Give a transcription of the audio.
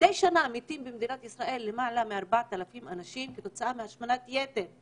מדי שנה מתים במדינת ישראל למעלה מ-4,000 אנשים כתוצאה מהשמנת יתר,